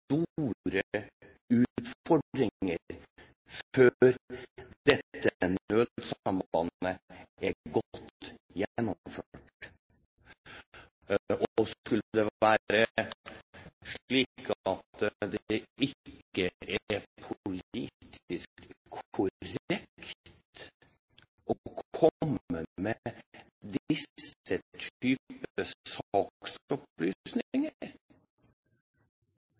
utfordringer før dette nødsambandet er godt gjennomført. Og skulle det være slik at det ikke er politisk korrekt å komme med denne type